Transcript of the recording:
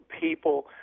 people